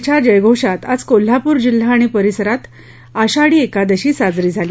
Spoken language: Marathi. च्या जयघोषात आज कोल्हापूर जिल्हा आणि परिसरात आषाढी एकादशी साजरी झाली